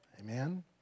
Amen